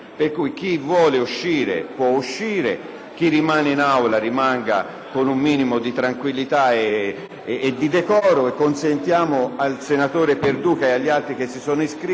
chi rimane in Aula rimanga con un minimo di tranquillità e di decoro. Consentiamo al senatore Perduca e agli altri iscritti a parlare di svolgere il loro intervento.